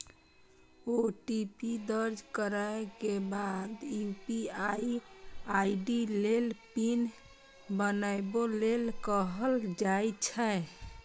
OTP दर्ज करै के बाद यू.पी.आई आई.डी लेल पिन बनाबै लेल कहल जाइ छै